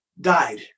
died